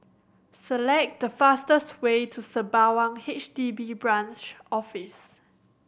select the fastest way to Sembawang H D B Branch Office